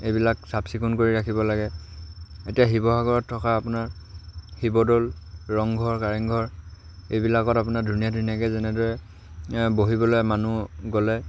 এইবিলাক চাফ চিকুণ কৰি ৰাখিব লাগে এতিয়া শিৱসাগৰত থকা আপোনাৰ শিৱদৌল ৰংঘৰ কাৰেংঘৰ এইবিলাকত আপোনাৰ ধুনীয়া ধুনীয়াকৈ যেনেদৰে বহিবলৈ মানুহ গ'লে